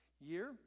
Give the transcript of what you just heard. year